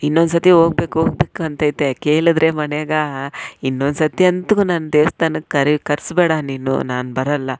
ಇನ್ನೊಂದ್ಸರ್ತಿ ಹೋಗ್ಬೇಕು ಹೋಗ್ಬೇಕು ಅಂತ ಇದ್ದೆ ಕೇಳಿದ್ರೆ ಮನೆಗೆ ಇನ್ನೊಂದ್ಸರ್ತಿಯಂತೂ ನನ್ನ ದೇವ್ಸ್ಥಾನಕ್ಕೆ ಕರಿ ಕರೆಸ್ಬೇಡ ನೀನು ನಾನು ಬರಲ್ಲ